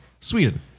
Sweden